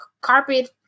carpet